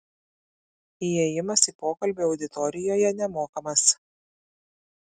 įėjimas į pokalbį auditorijoje nemokamas